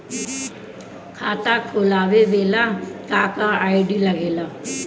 खाता खोलवावे ला का का आई.डी लागेला?